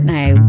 now